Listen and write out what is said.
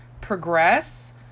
progress